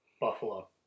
Buffalo